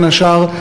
בין השאר,